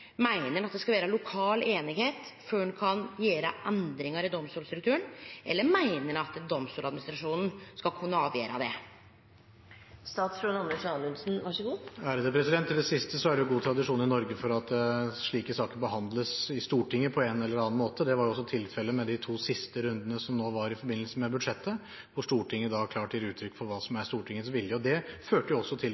Meiner ein at det skal vere lokal einigheit før ein kan gjere endringar i domstolsstrukturen, eller meiner ein at Domstoladministrasjonen skal kunne avgjere det? Til det siste: Det er god tradisjon i Norge for at slike saker behandles i Stortinget på en eller annen måte. Det var også tilfellet med de to siste rundene som nå var i forbindelse med budsjettet, hvor Stortinget klart gir uttrykk for hva som er Stortingets vilje, og det førte jo også til